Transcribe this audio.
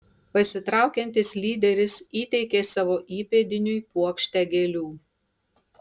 pasitraukiantis lyderis įteikė savo įpėdiniui puokštę gėlių